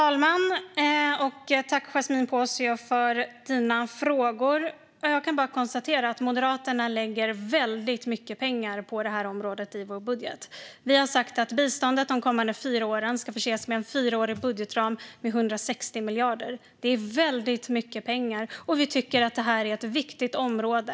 Fru talman! Jag tackar Yasmine Posio för hennes frågor. Vi i Moderaterna lägger väldigt mycket pengar på det här området i vår budget. Vi har sagt att biståndet de kommande fyra åren ska förses med en fyraårig budgetram på 160 miljarder. Det är väldigt mycket pengar, och vi tycker att det här är ett viktigt område.